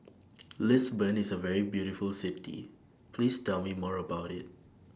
Lisbon IS A very beautiful City Please Tell Me More about IT